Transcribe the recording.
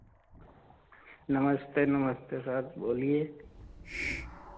नमस्ते नमस्ते सर बोलिए